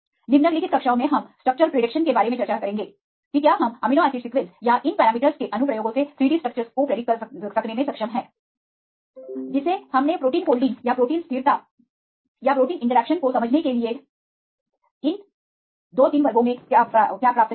निम्नलिखित कक्षाओं में हम स्ट्रक्चरभविष्यवाणी के बारे में चर्चा करेंगे कि क्या हम अमीनो एसिड सीक्वेंस या इन पैरामीटरस parameters के अनुप्रयोगों से 3 डी स्ट्रक्चरसstructureस की भविष्यवाणी करने में सक्षम हैं जिसे हमने प्रोटीन फोल्डिंग या प्रोटीन स्थिरता या प्रोटीन इंटरेक्शन को समझने के लिए इन 2 3 वर्गों में क्या प्राप्त किया है